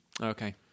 okay